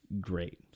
great